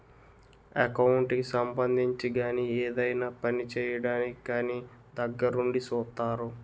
account కి సంబంధించి గాని ఏదైనా పని చేయడానికి కానీ దగ్గరుండి సూత్తారు